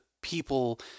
people